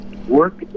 work